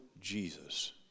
Jesus